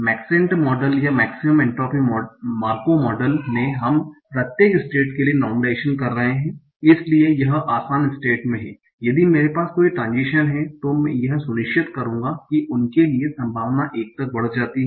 maxent model या maximum entropy Markov model में हम प्रत्येक स्टेट के लिए नार्मलाइजेशन कर रहे हैं इसलिए यह आसान स्टेट में है यदि मेरे पास कई ट्रान्ज़िशन हैं तो मैं यह सुनिश्चित करूंगा कि उनके लिए संभावना 1 तक बढ़ जाती है